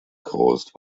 caused